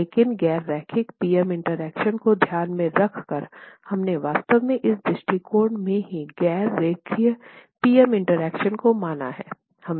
लेकिन गैर रैखिक पी एम इंटरैक्शन को ध्यान में रख कर हमने वास्तव में इस दृष्टिकोण में ही गैर रेखीय पी एम इंटरैक्शन को माना है